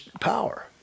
power